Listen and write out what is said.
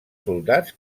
soldats